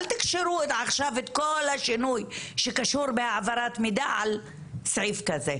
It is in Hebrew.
אל תקשרו את כל השינוי שקשור בהעברת מידע על סעיף כזה.